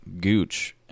gooch